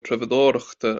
treabhdóireachta